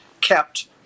kept